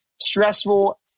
stressful